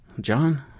John